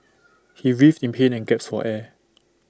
he writhed in pain and gasped for air